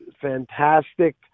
fantastic